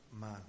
Man